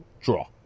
draw